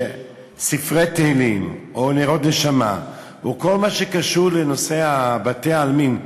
ספרי תהילים או נרות נשמה או כל מה שקשור לנושא בתי-העלמין,